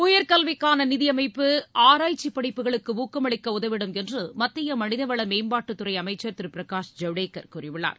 உயர் கல்விக்கான நிதியமைப்பு ஆராய்ச்சி படிப்புகளுக்கு ஊக்கமளிக்க உதவிடும் என்று மத்திய மனிதவள மேம்பாட்டுத்துறை அமைச்சர் திரு பிரகாஷ் ஜவடேகர் கூறியுள்ளார்